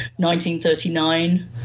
1939